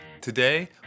Today